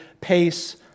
pace